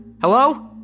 Hello